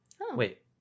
wait